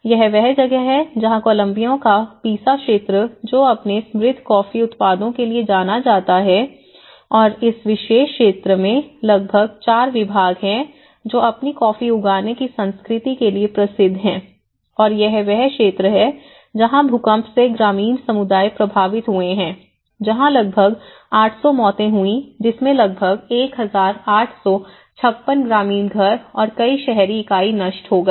यह वह जगह है जहां कोलंबिया का पीसा क्षेत्र जो अपने समृद्ध कॉफी उत्पादों के लिए जाना जाता है और इस विशेष क्षेत्र में लगभग 4 विभाग हैं जो अपनी कॉफी उगाने की संस्कृति के लिए प्रसिद्ध हैं और यह वह क्षेत्र है जहां भूकंप से ग्रामीण समुदाय प्रभावित हुए हैं जहां लगभग 800 मौतें हुई जिसमें लगभग 1856 ग्रामीण घर और कई शहरी इकाइ नष्ट हो गए